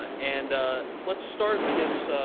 ah and let's start, i guess,